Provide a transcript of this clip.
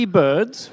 birds